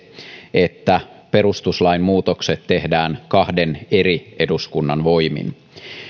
että perustuslain muutokset tehdään kahden eri eduskunnan voimin